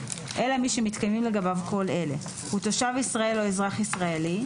אלא מי שמתקיימים לגביו כל אלה: הוא תושב ישראל או אזרח ישראלי,